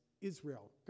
Israel